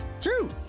True